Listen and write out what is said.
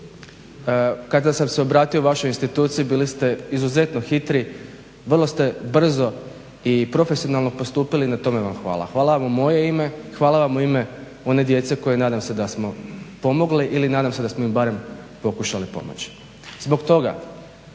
Kada sam se obratio vašoj instituciji bili ste izuzetno hitri, vrlo ste brzo i profesionalno postupili i na tome vam hvala. Hvala vam u moje ime, hvala vam u ime one djece koje nadam se da smo pomogli ili nadam se da smo ima barem pokušali pomoći. Zbog toga